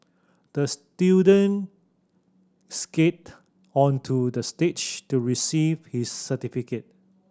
the student skated onto the stage to receive his certificate